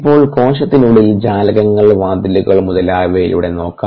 ഇപ്പോൾ കോശത്തിനുള്ളിൽ ജാലകങ്ങൾ വാതിലുകൾ മുതലായവയിലൂടെ നോക്കാം